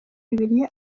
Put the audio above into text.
bibiliya